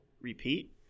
repeat